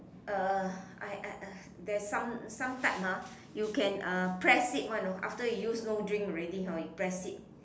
uh I I I there is some some type ah you can uh press it [one] you know after you use you no drink already hor you press it